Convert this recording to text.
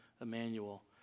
Emmanuel